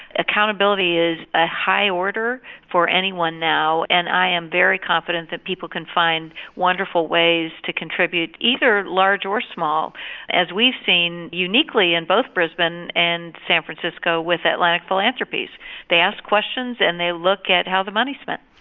accountability is a high order for anyone now and i am very confident that people can find wonderful ways to contribute either large or small as we've seen uniquely in both brisbane and san francisco with atlantic philanthropies they ask questions and they look at how the money is spent.